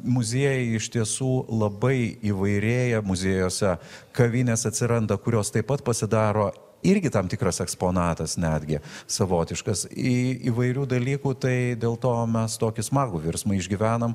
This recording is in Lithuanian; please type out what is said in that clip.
muziejai iš tiesų labai įvairėja muziejuose kavinės atsiranda kurios taip pat pasidaro irgi tam tikras eksponatas netgi savotiškas į įvairių dalykų tai dėl to mes tokį smagų virsmą išgyvenam